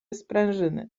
sprężyny